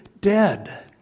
dead